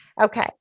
Okay